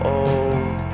old